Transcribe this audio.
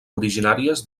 originàries